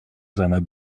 seiner